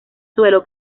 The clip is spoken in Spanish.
suelo